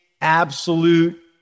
absolute